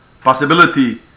possibility